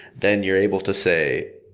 then you're able to say,